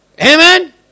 Amen